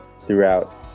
throughout